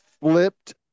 flipped